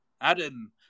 Adam